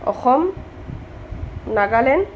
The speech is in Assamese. অসম নাগালেণ্ড